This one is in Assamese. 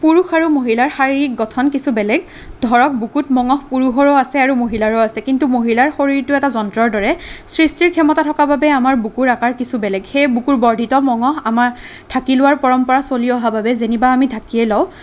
পুৰুষ আৰু মহিলাৰ শাৰিৰীক গঠন কিছু বেলেগ ধৰক বুকুত মঙহ পুৰুষৰো আছে আৰু মহিলাৰো আছে কিন্তু মহিলাৰ শৰীৰটো এটা যন্ত্ৰৰ দৰে সৃষ্টিৰ ক্ষমতা থকাৰ বাবে আমাৰ বুকুৰ আকাৰ কিছু বেলেগ সেই বুকুৰ বৰ্ধিত মঙহ আমাৰ ঢাকি লোৱাৰ পৰম্পৰা চলি অহাৰ বাবে যেনিবা আমি ঢাকিয়েই লওঁ